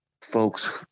Folks